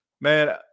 man